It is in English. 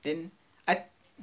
then I